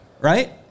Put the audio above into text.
Right